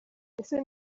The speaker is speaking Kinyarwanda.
ese